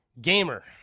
Gamer